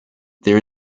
there